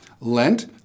Lent